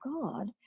God